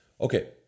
okay